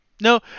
No